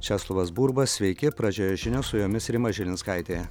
česlovas burba sveiki pradžioje žinios su jomis rima žilinskaitė